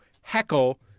heckle